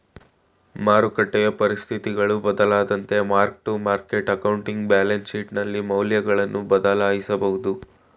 ಮಾರಕಟ್ಟೆಯ ಪರಿಸ್ಥಿತಿಗಳು ಬದಲಾದಂತೆ mark to market accounting balance ಶೀಟ್ನಲ್ಲಿ ಮೌಲ್ಯಗಳನ್ನು ಬದಲಾಯಿಸಬಹುದು